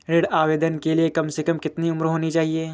ऋण आवेदन के लिए कम से कम कितनी उम्र होनी चाहिए?